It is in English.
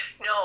No